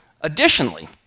Additionally